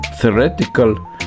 theoretical